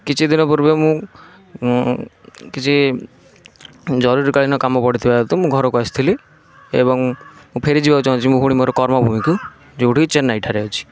କିଛି ଦିନ ପୂର୍ବେ ମୁଁ କିଛି ଜରୁରୀକାଳୀନ କାମ ପଡ଼ିଥୁବା ହେତୁ ମୁଁ ଘରକୁ ଆସିଥିଲି ଏବଂ ମୁଁ ଫେରି ଯିବାକୁ ଚାହୁଁଛି ମୁଁ ପୁଣି ମୋର କର୍ମଭୂମିକୁ ଯେଉଁଠି କି ଚେନ୍ନାଇ ଠାରେ ଅଛି